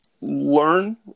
learn